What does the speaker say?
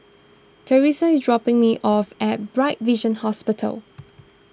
therese is dropping me off at Bright Vision Hospital